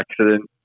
accident